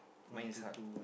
mine is heart